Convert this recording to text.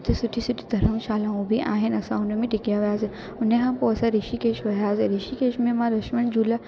उते सुठी सुठी धरमशालाऊं बि आहिनि असां हुन में टिकिया हुआसीं हुन खां पोइ असां ॠषिकेश विया हुआसीं ऋषिकेश में मां लक्ष्मण झूला